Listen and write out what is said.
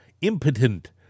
impotent